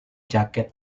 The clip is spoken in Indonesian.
jaket